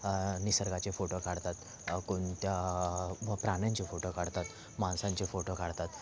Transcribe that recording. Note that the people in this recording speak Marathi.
निसर्गाचे फोटो काढतात कोणत्या प्राण्यांचे फोटो काढतात माणसांचे फोटो काढतात